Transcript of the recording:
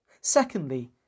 Secondly